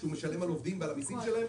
בחשבון, שהוא משלם על עובדים ועל המיסים שלהם?